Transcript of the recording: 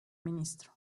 ministro